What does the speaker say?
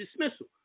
dismissal